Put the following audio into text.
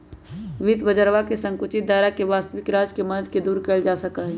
वित्त बाजरवा के संकुचित दायरा वस्तबिक राज्य के मदद से दूर कइल जा सका हई